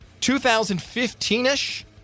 2015-ish